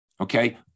Okay